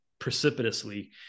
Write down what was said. precipitously